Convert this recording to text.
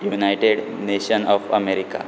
united nation of America